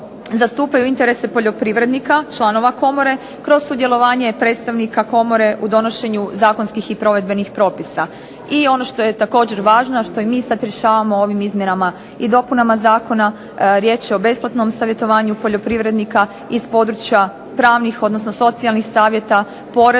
zastupaju interese poljoprivrednika članova komore kroz sudjelovanje predstavnika komore u donošenju zakonskih i provedbenih propisa. I ono što je također važno a što i mi sada rješavamo ovim izmjenama i dopunama zakona riječ je o besplatno savjetovanju poljoprivrednika iz područja pravni, odnosno socijalnih savjeta, poreznih